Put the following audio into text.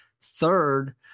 Third